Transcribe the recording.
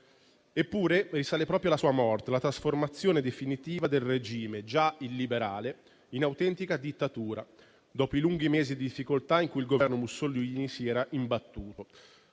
Eppure, risale proprio alla sua morte la trasformazione definitiva del regime, già illiberale, in autentica dittatura, dopo i lunghi mesi di difficoltà in cui il Governo Mussolini si era imbattuto.